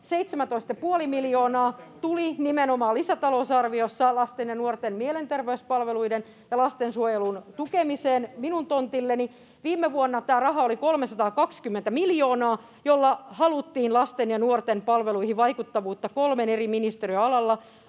17,5 miljoonaa tuli nimenomaan lisätalousarviossa lasten ja nuorten mielenterveyspalveluiden ja lastensuojelun tukemiseen minun tontilleni. Viime vuonna tämä raha oli 320 miljoonaa, millä haluttiin lasten ja nuorten palveluihin vaikuttavuutta kolmen eri ministeriön alalla,